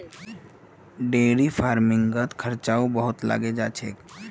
dairy फ़ार्मिंगत खर्चाओ बहुत लागे जा छेक